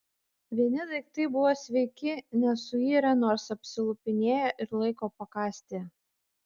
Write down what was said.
vieni daiktai buvo sveiki nesuirę nors apsilupinėję ir laiko pakąsti